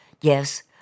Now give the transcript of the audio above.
Yes